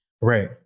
right